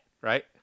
Right